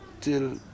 till